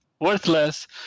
worthless